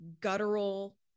guttural